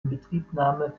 inbetriebnahme